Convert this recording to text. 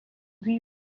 lui